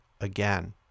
again